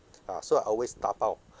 ah so I always tapao